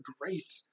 great